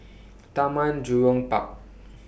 Taman Jurong Park